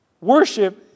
worship